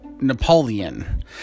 Napoleon